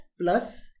plus